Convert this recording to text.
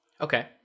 okay